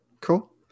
cool